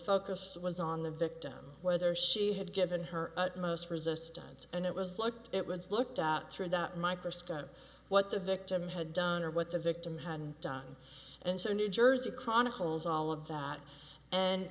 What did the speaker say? focus was on the victim whether she had given her the most resistance and it was like it was looked at through that microscope what the victim had done or what the victim had done and so new jersey chronicles all of that and